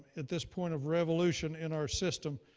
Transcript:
at this point of revolution in our system,